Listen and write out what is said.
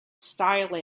style